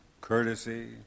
courtesy